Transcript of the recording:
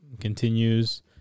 continues